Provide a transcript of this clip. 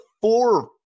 four